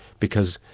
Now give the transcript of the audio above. because,